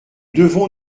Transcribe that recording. devons